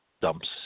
dumps